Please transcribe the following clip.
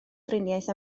driniaeth